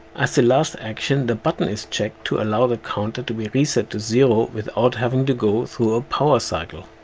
as the last action, the button is checked to allow the counter to be reset to zero without having to go through a power cycle.